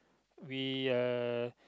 we uh